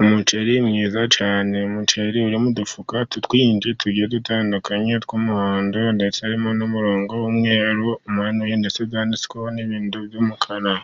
Umuceri mwiza cyane. umuceri uri mu dufuka twinshi tugiye dutandukanye tw'umuhondo, ndetse harimo n'umurongo w'umweru umanuye, ndetse byanditsweho n'ibintu by'umukara.